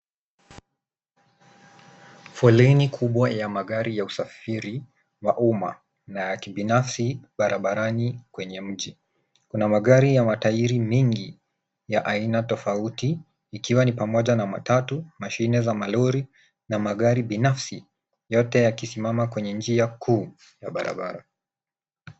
Foleni kubwa ya magari ya usafiri wa umma na ya kibinafsi barabarani kwenye mji. Kuna magari ya matairi mingi ya aina tofauti, ikiwa ni pamoja na matatu, mashine za malori na magari binafsi , yote yakisimama kwenye njia kuu ya barabara.